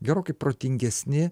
gerokai protingesni